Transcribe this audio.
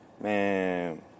Man